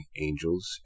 angels